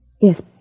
Yes